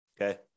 okay